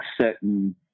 certain